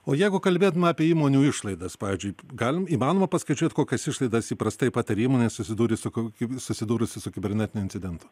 o jeigu kalbėtume apie įmonių išlaidas pavyzdžiui galim įmanoma paskaičiuot kokias išlaidas įprastai pataria įmonės susidūrę su kokiu susidūrusi su kibernetiniu incidentu